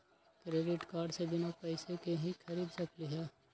Credit card से बिना पैसे के ही खरीद सकली ह?